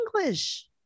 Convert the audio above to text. English